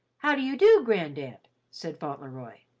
how do you do, grand-aunt? and said fauntleroy.